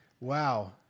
Wow